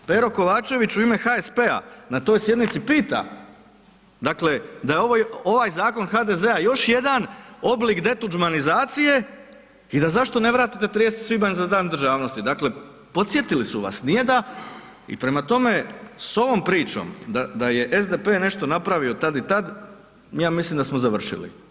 Pero Kovačević u ime HSP-a na toj sjednici pita, dakle da ovaj zakon HDZ-a još jedan oblik detuđmanizacije i da zašto ne vratite 30. svibnja za Dan državnosti, dakle podsjetili su vas, nije da, i prema tome, s ovom pričom da je SDP nešto napravio tad i tad, ja mislim da smo završili.